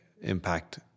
impact